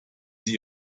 sie